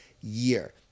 year